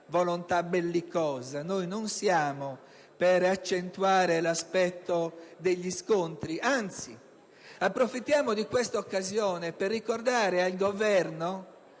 Noi non vogliamo accentuare l'aspetto degli scontri, ma anzi approfittiamo di questa occasione per ricordare al Governo